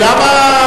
הסתכלה עלי.